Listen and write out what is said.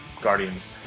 Guardians